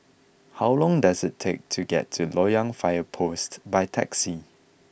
how long does it take to get to Loyang Fire Post by taxi